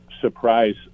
surprise